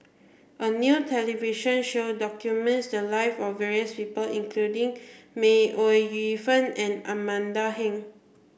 a new television show documented the life of various people including May Ooi Yu Fen and Amanda Heng